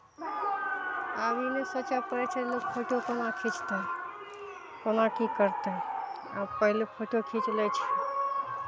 आब ई नहि सोचय पड़ै छै लोक फोटो कोना खीचतै कोना की करतै आब पहिले फोटो खीच लै छै